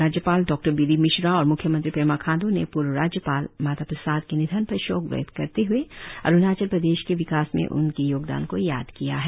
राज्यपाल डॉबीबीडीमिश्रा और म्ख्यमंत्री पेमा खाण्ड् ने पूर्व राज्यपाल माता प्रसाद के निधन पर शोक व्यक्त करते हए अरुणाचल प्रदेश के विकास में उनके योगदान को याद किया है